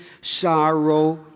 sorrow